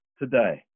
today